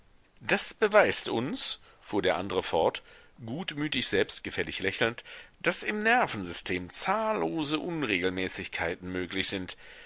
das beweist uns fuhr der andre fort gutmütig selbstgefällig lächelnd daß im nervensystem zahllose unregelmäßigkeiten möglich sind